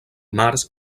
març